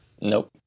Nope